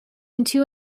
into